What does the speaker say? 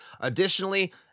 Additionally